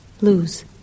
lose